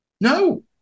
No